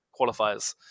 qualifiers